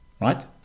right